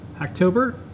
October